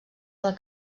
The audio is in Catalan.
del